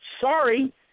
sorry